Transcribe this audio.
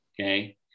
okay